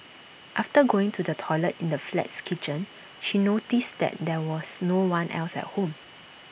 after going to the toilet in the flat's kitchen she noticed that there was no one else at home